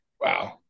Wow